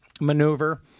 maneuver